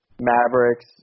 Mavericks